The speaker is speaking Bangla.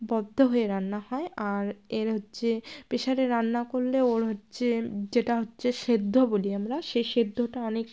বদ্ধ হয়ে রান্না হয় আর এর হচ্ছে প্রেশারে রান্না করলে ওর হচ্ছে যেটা হচ্ছে সেদ্ধ বলি আমরা সে সেদ্ধটা অনেক